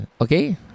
Okay